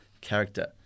character